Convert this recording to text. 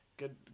Good